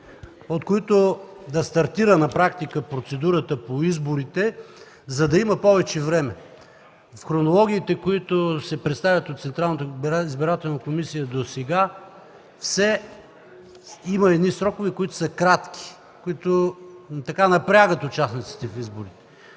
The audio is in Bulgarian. от които да стартира на практика процедурата по изборите, за да има повече време. В хронологиите, които се представят от Централната избирателна комисия досега, има едни срокове, които са кратки и напрягат участниците в изборите.